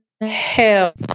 hell